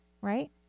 right